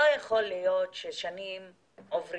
לא יכול להיות ששנים עוברות,